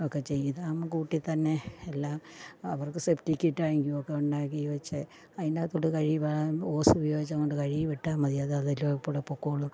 ഒക്കെ ചെയ്ത് ഇതാവുമ്പം കൂട്ടിൽ തന്നെ എല്ലാം അവർക്ക് സെറ്റിക് ടാങ്ക് ഒക്കെ ഉണ്ടാക്കി വച്ച് അതിൻ്റെ അകത്തോട്ട് കഴുകി കളയ ഹോസ് ഉപയോഗിച്ച് കഴുകി വിട്ടാൽ മതി അത് അതിലേക്കൂടെ പോയിക്കൊള്ളും